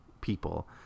people